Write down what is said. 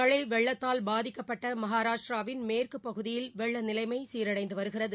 மனழ வெள்ளத்தால் பாதிக்கப்பட்ட மகாராஷ்டிராவின் மேற்கு பகுதியில் வெள்ள நிலைமை சீரடைந்து வருகிறது